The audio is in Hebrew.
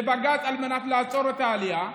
לבג"ץ, על מנת לעצור את העלייה,